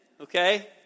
okay